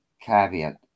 caveat